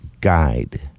guide